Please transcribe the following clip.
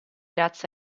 razza